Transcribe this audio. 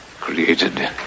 created